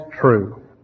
true